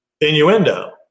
innuendo